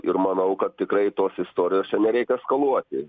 ir manau kad tikrai tos istorijos čia nereikia eskaluoti